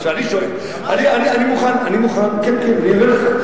כן, כן, אני אראה לכם.